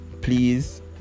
please